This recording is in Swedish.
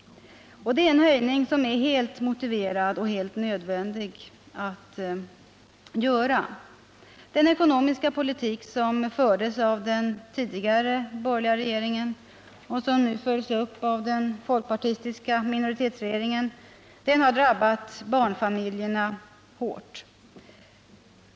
Detta är en höjning som är helt motiverad och helt nödvändig att göra. Den ekonomiska politik som fördes av den tidigare borgerliga regeringen och som nu följs upp av den folkpartistiska minoritetsregeringen har drabbat barnfamiljerna hårt.